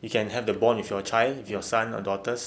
you can have the bond with your child with your son or daughters